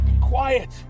quiet